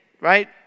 right